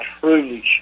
truly